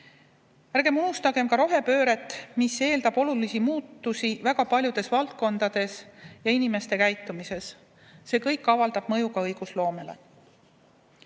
Ärgem unustagem ka rohepööret, mis eeldab olulisi muutusi väga paljudes valdkondades, ka inimeste käitumises. See kõik avaldab mõju õigusloomele. Õigusloome